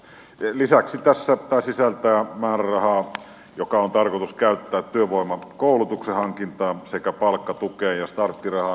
lisäksi tämä sisältää määrärahaa joka on tarkoitus käyttää työvoimakoulutuksen hankintaan sekä palkkatukeen ja starttirahaan